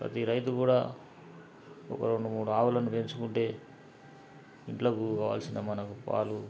ప్రతి రైతు కూడా ఒక రెండు మూడు ఆవులను పెంచుకుంటే ఇంట్లోకు కావాల్సిన మనకు పాలు